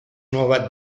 nuova